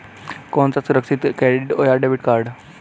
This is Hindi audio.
कौन सा सुरक्षित है क्रेडिट या डेबिट कार्ड?